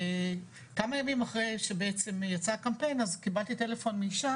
כמה ימים אחרי שבעצם יצא הקמפיין אז קיבלתי טלפון מאישה